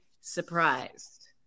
surprised